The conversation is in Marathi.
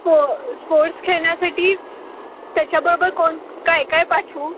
हो स्पोर्ट्स खेळण्यासाठी त्याच्याबरोबर कोण काय काय पाठवू